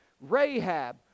rahab